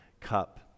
cup